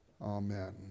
Amen